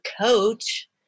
coach